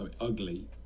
ugly